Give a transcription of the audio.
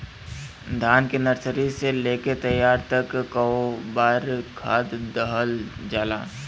धान के नर्सरी से लेके तैयारी तक कौ बार खाद दहल जाला?